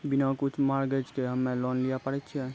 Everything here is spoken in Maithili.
बिना कुछो मॉर्गेज के हम्मय लोन लिये पारे छियै?